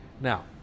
now